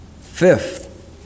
Fifth